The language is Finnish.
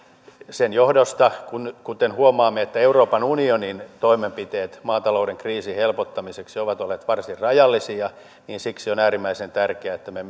sen johdosta kuten huomaamme euroopan unionin toimenpiteet maatalouden kriisin helpottamiseksi ovat olleet varsin rajallisia ja siksi on äärimmäisen tärkeää että me